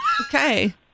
Okay